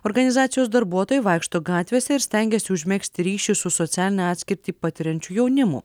organizacijos darbuotojai vaikšto gatvėse ir stengiasi užmegzti ryšius su socialinę atskirtį patiriančiu jaunimu